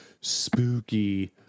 spooky